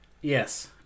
Yes